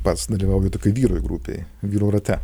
pats dalyvauju tokioj vyrų grupėj vyrų rate